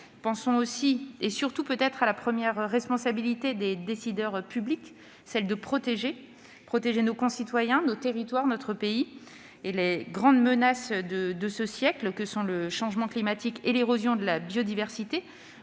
pensons aussi et surtout à ce qui est peut-être la première responsabilité des décideurs publics, celle de protéger : protéger nos concitoyens, nos territoires, notre pays. Les grandes menaces de ce siècle que sont le changement climatique et l'érosion de la biodiversité